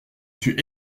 suis